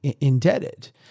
indebted